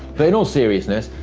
but in all seriousness,